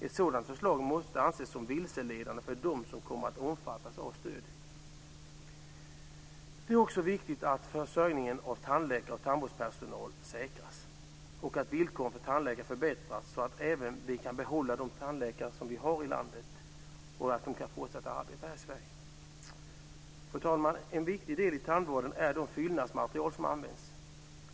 Ett sådant förslag måste anses som vilseledande för dem som kommer att omfattas av stödet. Det är också viktigt att tillgången på tandläkare och tandvårdspersonal säkras och att villkoren för tandläkare förbättras, så att vi kan behålla de tandläkare vi har i landet och så att de kan fortsätta att arbeta här i Sverige. Fru talman! En viktig del i tandvården är de fyllnadsmaterial som används.